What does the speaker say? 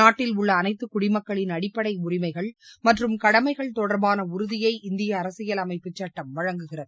நாட்டில் உள்ள அனைத்து குடிமக்களின் அடிப்படை உரிமைகள் மற்றும் கடமைகள் தொடர்பான உறுதியை இந்திய அரசியலமைப்பு சுட்டம் வழங்குகிறது